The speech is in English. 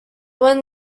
when